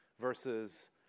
versus